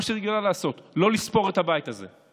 מה שהיא רגילה לעשות: לא לספור את הבית הזה.